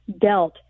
dealt